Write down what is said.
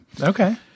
okay